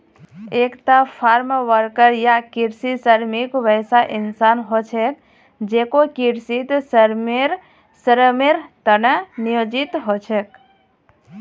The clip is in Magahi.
एकता फार्मवर्कर या कृषि श्रमिक वैसा इंसान ह छेक जेको कृषित श्रमेर त न नियोजित ह छेक